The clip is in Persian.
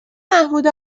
محمود